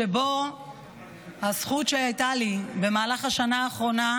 שבו הייתה לי הזכות במהלך השנה האחרונה